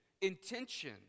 intention